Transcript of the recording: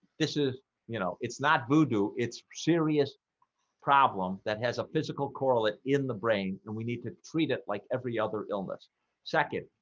this is you know, it's not voodoo. it's serious problem that has a physical correlate in the brain and we need to treat it like every other illness second.